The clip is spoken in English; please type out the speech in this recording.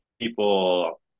people